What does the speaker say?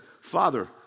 Father